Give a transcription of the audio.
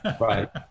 right